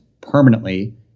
permanently